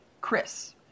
Chris